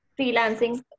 freelancing